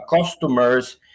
customers